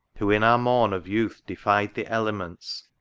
who in our morn of youth defied the elements,